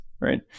right